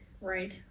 right